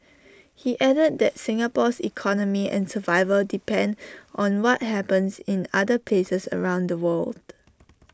he added that Singapore's economy and survival depend on what happens in other places around the world